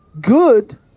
Good